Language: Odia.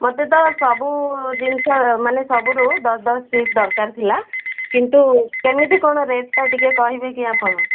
ମୋତେ ତ ସବୁ ଜିନିଷ ମାନେ ସବୁରୁ ଦଶ ଦଶ ପିସ୍ ଦରକାର ଥିଲା କିନ୍ତୁ କେମିତି କ'ଣ ରେଟ୍ଟା ଟିକେ କହିବେ କି ଆପଣ